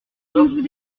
vous